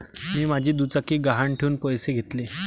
मी माझी दुचाकी गहाण ठेवून पैसे घेतले